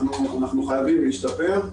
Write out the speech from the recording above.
אנחנו חייבים להשתפר.